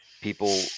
people